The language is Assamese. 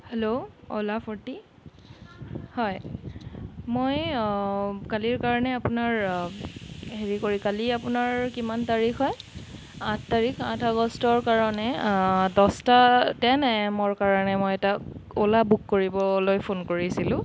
হেল্ল' অ'লা ফ'ৰটি হয় মই কালিৰ কাৰণে আপোনাৰ হেৰি কৰি কালি আপোনাৰ কিমান তাৰিখ হয় আঠ তাৰিখ আঠ আগষ্টৰ কাৰণে দহটা টেন এএমৰ কাৰণে মই এটা অ'লা বুক কৰিবলৈ ফোন কৰিছিলোঁ